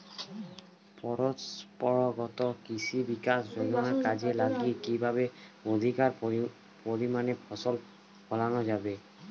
পরম্পরাগত কৃষি বিকাশ যোজনা কাজে লাগিয়ে কিভাবে অধিক পরিমাণে ফসল ফলানো যাবে?